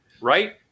right